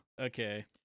Okay